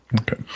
Okay